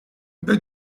bas